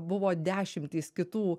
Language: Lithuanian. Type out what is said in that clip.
buvo dešimtys kitų